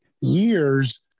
years